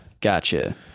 Gotcha